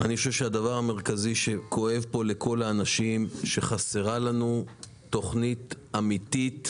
אני חושב שהדבר המרכזי שכואב פה לכל האנשים הוא שחסרה לנו תכנית אמיתית